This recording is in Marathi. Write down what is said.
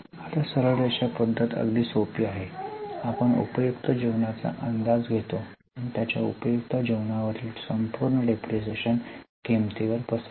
आता सरळ रेषा पद्धत अगदी सोपी आहे आपण उपयुक्त जीवनाचा अंदाज घेतो आणि त्याच्या उपयुक्त जीवनावरील संपूर्ण डिप्रीशीएशन किंमतीवर पसरतो